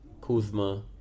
Kuzma